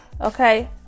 okay